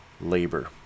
labor